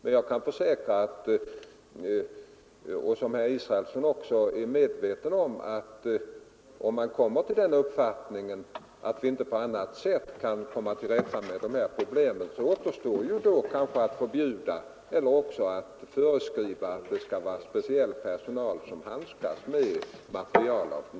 Men jag kan försäkra att — det är herr Israelsson också medveten om — om man kommer till den uppfattningen att vi inte på annat sätt kan komma till rätta med de här problemen, återstår kanske att förbjuda materiel av den här typen eller att föreskriva att bara speciell personal får handskas med den.